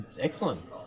excellent